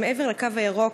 שמעבר לקו הירוק,